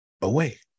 away